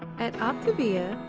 at optavia,